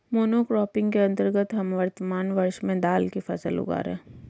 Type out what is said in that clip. monocropping के अंतर्गत हम वर्तमान वर्ष में दाल की फसल उगा रहे हैं